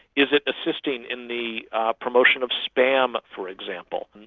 is it assisting in the promotion of spam, for example,